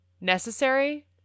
necessary